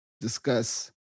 discuss